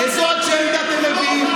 --- איזה אג'נדה אתם מביאים?